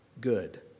good